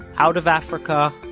out of africa,